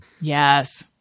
Yes